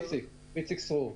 איציק סרור.